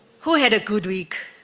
who had a good week